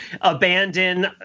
abandon